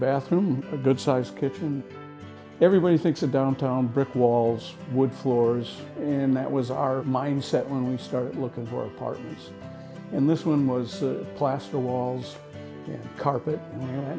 bathroom a good sized kitchen everybody thinks of downtown brick walls wood floors and that was our mindset when we started looking for work parties and this one was the plaster walls carpet and